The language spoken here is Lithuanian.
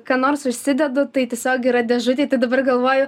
ką nors užsidedu tai tiesiog yra dėžutėj tai dabar galvoju